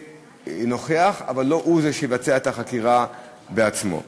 אבל לא הוא שיבצע את החקירה בעצמו.